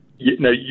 No